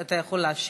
אתה יכול להשיב,